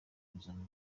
kuzana